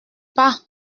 pas